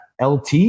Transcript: LT